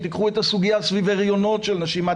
קחו את הסוגיה סביב הריונות של נשים,